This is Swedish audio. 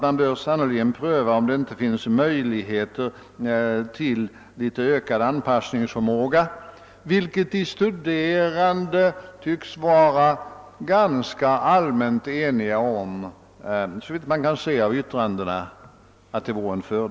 Man bör sannerligen pröva om det inte finns möjligheter till större rörlighet, vilket de studerande tycks vara ganska eniga om vore till fördel — såvitt man kan döma av framkomna meningsyttringar.